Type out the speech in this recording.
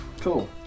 Cool